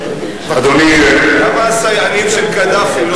למה הסייענים של קדאפי הם לא,